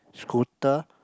scooter